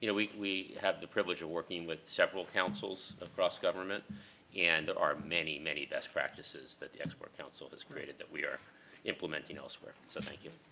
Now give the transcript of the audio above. you know we we have the privilege of working with several councils across government and there are many, many best practices that the export council has created that we are implementing elsewhere. so, thank you.